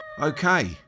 Okay